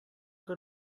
que